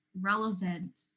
relevant